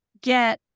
get